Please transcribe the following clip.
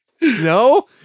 No